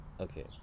Okay